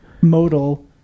modal